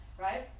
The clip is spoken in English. right